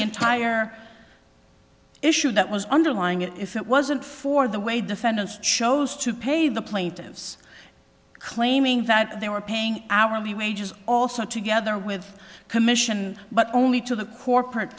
entire issue that was underlying it if it wasn't for the way defendants chose to pay the plaintiffs claiming that they were paying hourly wages also together with commission but only to the corporate